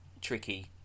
tricky